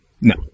no